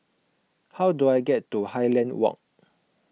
how do I get to Highland Walk